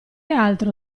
altro